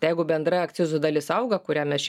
tai jeigu bendra akcizų dalis auga kurią mes